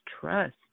trust